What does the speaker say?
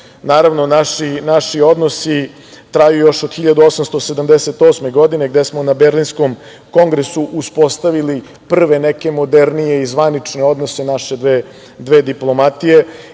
Naravno, naši odnosi traju još od 1878. godine gde smo na Berlinskom kongresu uspostavili neke prve modernije i zvanične odnose naše dve diplomatije.